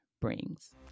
brings